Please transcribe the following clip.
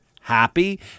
happy